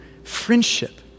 friendship